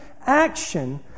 action